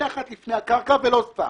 מתחת לפני הקרקע ולא סתם.